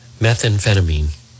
methamphetamine